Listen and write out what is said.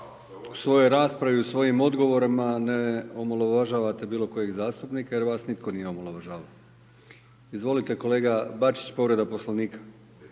u svoj raspravi, u svojim odgovorima ne omalovažavate bilo kojeg zastupnika jer vas nitko nije omalovažavao. Izvolite kolega Bačić povreda Poslovnika.